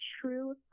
true